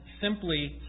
simply